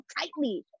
tightly